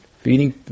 Feeding